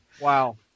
Wow